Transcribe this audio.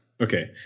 Okay